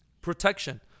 protection